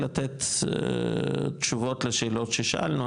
לתת תשובות לשאלות ששאלנו,